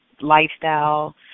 lifestyle